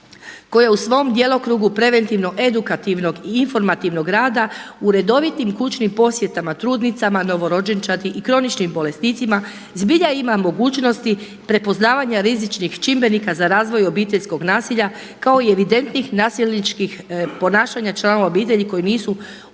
koja u svom djelokrugu preventivnog i edukativnog i informativnog rada u redovitim kućnim posjetama trudnicama, novorođenčadi i kroničnim bolesnicima zbilja ima mogućnosti prepoznavanja rizičnih čimbenika za razvoj obiteljskog nasilja kao i evidentnih nasilničkih ponašanja članova obitelji koji nisu u